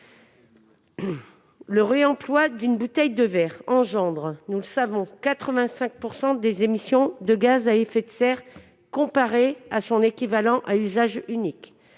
Le réemploi d'une bouteille en verre entraîne, nous le savons, 85 % d'émissions de gaz à effet de serre en moins par rapport à son équivalent à usage unique,